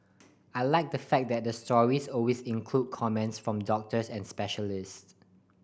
I like the fact that the stories always include comments from doctors and specialists